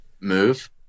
move